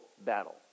battle